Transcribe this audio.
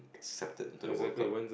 accepted into the World-Cup